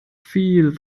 viel